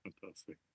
Fantastic